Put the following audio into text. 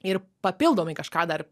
ir papildomai kažką dar